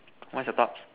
what's your thoughts